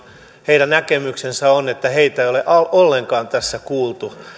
heidän näkemyksensä on että heitä ei ole ole ollenkaan tässä kuultu